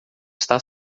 está